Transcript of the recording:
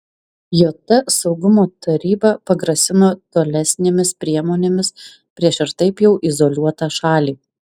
jt saugumo taryba pagrasino tolesnėmis priemonėmis prieš ir taip jau izoliuotą šalį